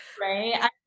Right